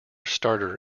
starter